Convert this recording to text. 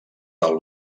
del